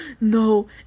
no